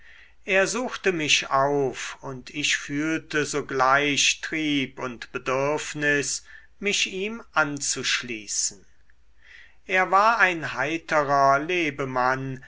er suchte mich auf und ich fühlte sogleich trieb und bedürfnis mich ihm anzuschließen er war ein heiterer lebemann